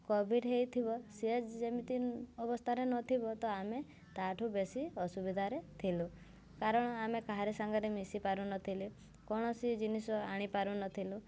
Covid ହୋଇଥିବ ସେ ଯେମିତି ଅବସ୍ଥାରେ ନଥିବ ତ ଆମେ ତାଠୁ ବେଶୀ ଅସୁବିଧାରେ ଥିଲୁ କାରଣ ଆମେ କାହାରି ସାଙ୍ଗରେ ମିଶି ପାରୁନଥିଲେ କୌଣସି ଜିନିଷ ଆଣିପାରୁ ନଥିଲୁ